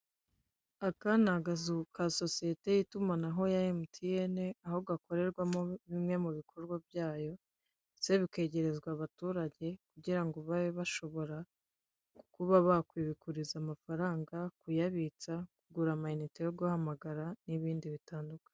Aka n'akazu ka sosiyete y'itumanaho ya emutiyeni, aho gakorerwamo bimwe mu bikorwa byayo ndetse bikegerezwa abaturage kugira ngo babe bashobora kuba bakiguriza amafaranga, kuyabitsa, kugura amayinite yo guhamagara n'ibindi bitandukanye.